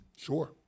Sure